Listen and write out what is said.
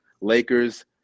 Lakers